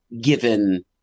Given